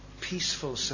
peaceful